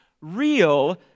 real